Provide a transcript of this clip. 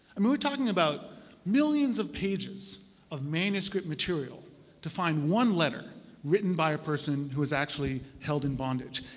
i mean we're talking about millions of pages of manuscript material to find one letter written by a person who was actually held in bondage.